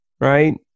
right